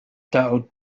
تعد